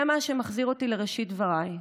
זה מה שמחזיר אותי לראשית דבריי,